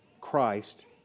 Christ